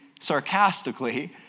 sarcastically